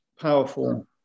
powerful